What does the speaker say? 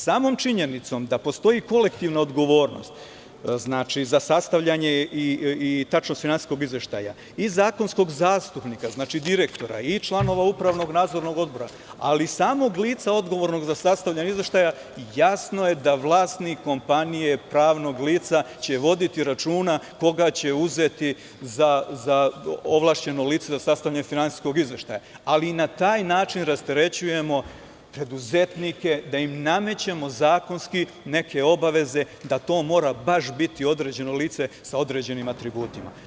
Samom činjenicom da postoji kolektivna odgovornost za sastavljanje i tačnost finansijskog izveštaja i finansijskog zastupnika, direktora i članova upravnog nadzornog odbora, ali i samog lica odgovornog za sastavljanje izveštaja, jasno je da vlasnik kompanije pravnog lica će voditi računa koga će uzeti za ovlašćeno lice za sastavljanje finansijskog izveštaja, ali na taj način rasterećujemo preduzetnike da im namećemo zakonski neke obaveze da to mora baš biti određeno lice sa određenim atributima.